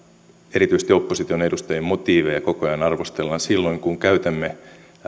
erityisesti opposition edustajien motiiveja koko ajan arvostellaan silloin kun käytämme